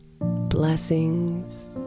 blessings